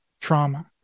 trauma